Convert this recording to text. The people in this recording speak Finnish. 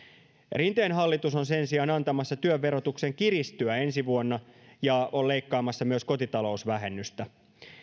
rinteen hallitus on sen sijaan antamassa työn verotuksen kiristyä ensi vuonna ja on leikkaamassa myös kotitalousvähennystä